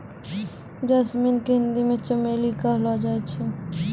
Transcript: jasmine के हिंदी मे चमेली कहलो जाय छै